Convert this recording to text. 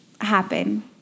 happen